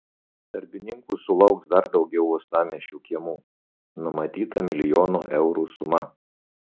darbininkų sulauks dar daugiau uostamiesčio kiemų numatyta milijono eurų suma